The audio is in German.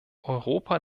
europa